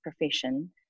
profession